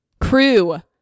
Crew